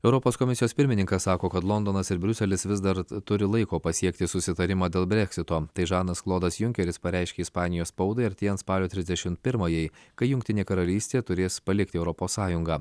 europos komisijos pirmininkas sako kad londonas ir briuselis vis dar turi laiko pasiekti susitarimą dėl breksito tai žanas klodas junkeris pareiškė ispanijos spaudai artėjant spalio trisdešimt pirmajai kai jungtinė karalystė turės palikti europos sąjungą